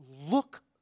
look